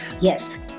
Yes